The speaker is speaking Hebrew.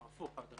הפוך.